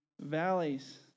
Valleys